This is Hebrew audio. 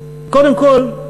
קודם כול,